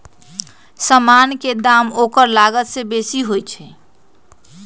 समान के दाम ओकर लागत से बेशी होइ छइ